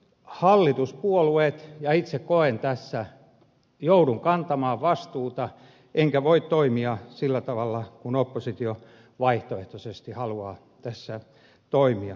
hallituspuolueet joutuvat kantamaan vastuuta ja itse koen että joudun kantamaan vastuuta enkä voi toimia sillä tavalla kuin oppositio vaihtoehtoisesti haluaa tässä toimia